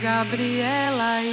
Gabriela